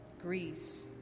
Greece